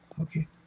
Okay